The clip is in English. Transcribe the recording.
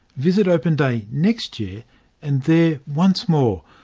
visit open day next year and there, once more,